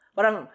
Parang